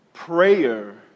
Prayer